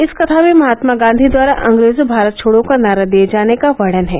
इस कथा में महात्मा गांधी द्वारा अंग्रेजों भारत छोड़ो का नारा दिए जाने का वर्णन है